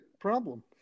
problem